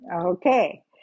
Okay